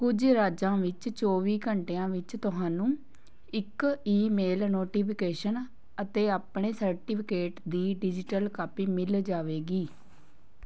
ਕੁਝ ਰਾਜਾਂ ਵਿੱਚ ਚੌਵੀ ਘੰਟਿਆਂ ਵਿੱਚ ਤੁਹਾਨੂੰ ਇੱਕ ਈਮੇਲ ਨੋਟੀਫਿਕੇਸ਼ਨ ਅਤੇ ਆਪਣੇ ਸਰਟੀਫਿਕੇਟ ਦੀ ਡਿਜੀਟਲ ਕਾਪੀ ਮਿਲ ਜਾਵੇਗੀ